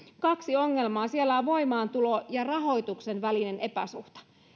kaksi ongelmaa siellä on voimaantulo ja rahoituksen välinen epäsuhta